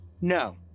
No